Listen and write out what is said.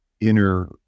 inner